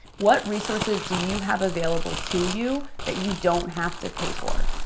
what resources do you have available to you that you don't have to pay for,